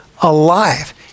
alive